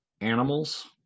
animals